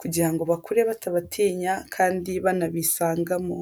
kugira ngo bakure batabatinya kandi banabisangamo.